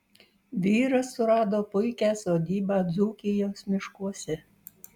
vyras surado puikią sodybą dzūkijos miškuose